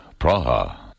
Praha